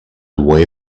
away